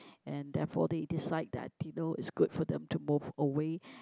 and therefore they decide that you know is good for them to move away